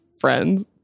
friends